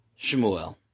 Shmuel